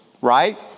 right